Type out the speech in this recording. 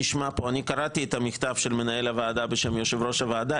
קראתי את המכתב של מנהל הוועדה בשם יושב-ראש הוועדה,